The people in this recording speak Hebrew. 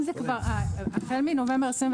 החל מנובמבר 2021